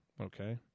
Okay